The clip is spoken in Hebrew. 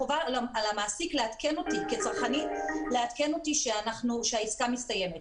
חובה על המעסיק לעדכן אותי כצרכנית שהעסקה מסתיימת.